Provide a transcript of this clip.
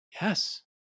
yes